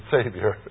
Savior